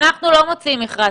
אנחנו לא מוציאים מכרז,